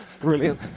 brilliant